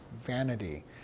vanity